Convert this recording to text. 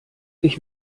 ich